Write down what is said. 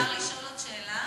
אפשר לשאול עוד שאלה?